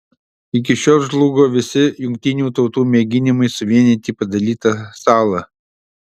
iki šiol žlugo visi jungtinių tautų mėginimai suvienyti padalytą salą